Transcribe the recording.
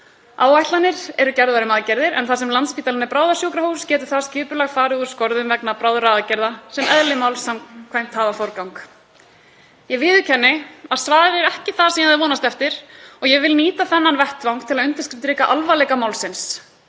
Áætlanir eru gerðar um aðgerðir en þar sem Landspítalinn er bráðasjúkrahús getur það skipulag fari úr skorðum vegna bráðra aðgerða sem eðli máls samkvæmt hafa forgang. Ég viðurkenni að svarið er ekki það sem ég hafði vonast eftir og ég vil nýta þennan vettvang til að undirstrika alvarleika málsins.